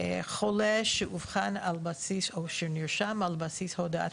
חולה שאובחן על בסיס או שנרשם על בסיס הודעת